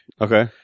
Okay